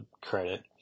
credit